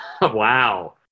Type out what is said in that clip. Wow